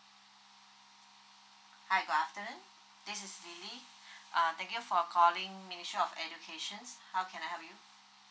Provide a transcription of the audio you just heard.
hi good afternoon this is lily uh thank you for calling ministry of educations how can I help you